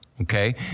Okay